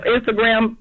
Instagram